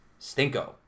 Stinko